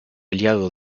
aliado